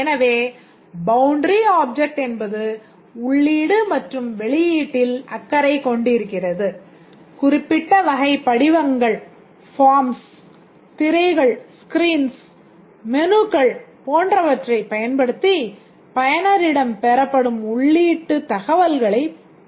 எனவே boundary object தகவல்கள் பெறப் படுகிறது